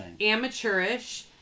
amateurish